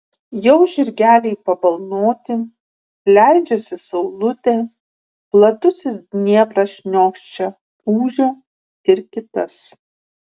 jau žirgeliai pabalnoti leidžiasi saulutė platusis dniepras šniokščia ūžia ir kitas